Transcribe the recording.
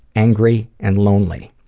angry, and lonely.